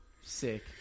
Sick